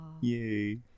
Yay